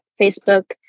facebook